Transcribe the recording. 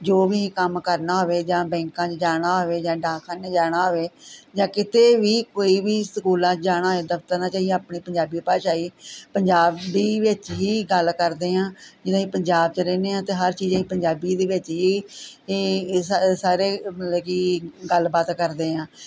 ਜੋ ਵੀ ਕੰਮ ਕਰਨਾ ਹੋਵੇ ਜਾਂ ਬੈਂਕਾਂ 'ਚ ਜਾਣਾ ਹੋਵੇ ਜਾਂ ਡਾਕਖਾਨੇ ਜਾਣਾ ਹੋਵੇ ਜਾਂ ਕਿਤੇ ਵੀ ਕੋਈ ਵੀ ਸਕੂਲਾਂ 'ਚ ਜਾਣਾ ਹੋਏ ਦਫਤਰਾਂ 'ਚ ਅਸੀਂ ਪੰਜਾਬੀ ਭਾਸ਼ਾ ਹੀ ਪੰਜਾਬੀ ਵਿੱਚ ਹੀ ਗੱਲ ਕਰਦੇ ਹਾਂ ਜਿੱਦਾਂ ਅਸੀਂ ਪੰਜਾਬ 'ਚ ਰਹਿੰਦੇ ਹਾਂ ਅਤੇ ਹਰ ਚੀਜ਼ ਅਸੀਂ ਪੰਜਾਬੀ ਦੇ ਵਿੱਚ ਹੀ ਹੀ ਸਾਰੇ ਮਤਲਬ ਕਿ ਗੱਲਬਾਤ ਕਰਦੇ ਹਾਂ